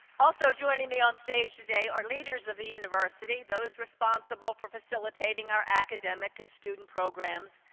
also joining me on stage today are leaders of the university, those responsible for facilitating our academic and student programs,